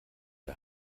der